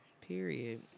Period